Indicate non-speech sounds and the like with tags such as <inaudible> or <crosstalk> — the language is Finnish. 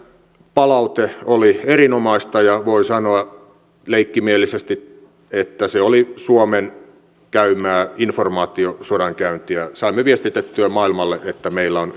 palaute oli erinomaista ja voi sanoa leikkimielisesti että se oli suomen käymää informaatiosodankäyntiä saimme viestitettyä maailmalle että meillä on <unintelligible>